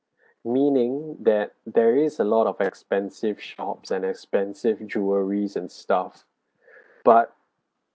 meaning that there is a lot of expensive shops and expensive jewelleries and stuff but